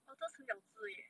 otters 很小子而已 leh